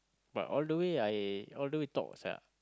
but all the way I all the way talks ah